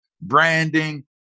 branding